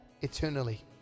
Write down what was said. eternally